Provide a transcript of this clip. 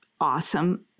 awesome